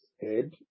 head